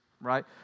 right